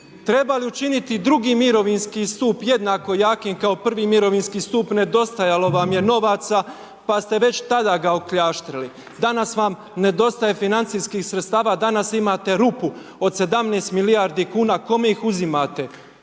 trebali učiniti II. mirovinski stup jednako jakim kao I. mirovinski stup, nedostajalo vam je novaca pa ste već tada ga okljaštrili. Danas vam nedostaje financijskih sredstava, danas imate rupu od 17 milijarde, kome ih uzimate?